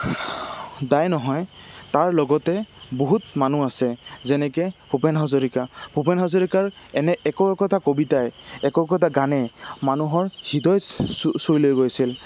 দাই নহয় তাৰ লগতে বহুত মানুহ আছে যেনেকে ভূপেন হাজৰিকা ভূপেন হাজৰিকাৰ এনে একো একোটা কবিতাই এক একোটা গানে মানুহৰ হৃদয় চুই লৈ গৈছিল